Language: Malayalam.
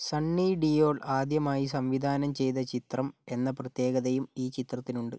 സണ്ണി ഡിയോൾ ആദ്യമായി സംവിധാനം ചെയ്ത ചിത്രം എന്ന പ്രത്യേകതയും ഈ ചിത്രത്തിനുണ്ട്